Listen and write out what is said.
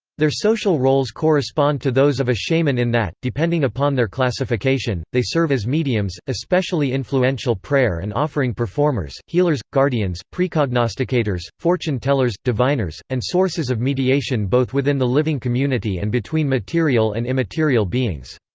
their social roles correspond to those of a shaman in that, depending upon their classification, they serve as mediums, especially influential prayer and offering performers, healers guardians, precognosticators fortune-tellers diviners, and sources of mediation both within the living community and between material and immaterial beings.